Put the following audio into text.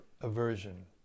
aversion